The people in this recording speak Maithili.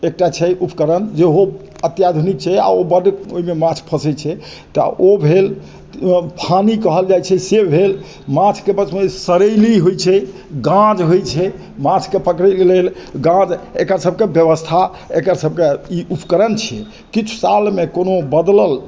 एकटा छै उपकरण जे ओ अत्याधुनिक छै आ बड ओहिमे माँछ फसै छै तऽ ओ भेल फानी कहल जाइ छै से भेल माँछके पक्षमे सरेली होइ छै गाँज होइ छै माँछकेॅं पकड़ैके लेल गाँज एकरा सभकेँ व्यवस्था एकर सभकेँ ई उपकरण छी किछु सालमे कोनो बदलल